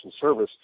service